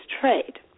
trade